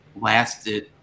lasted